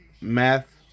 Math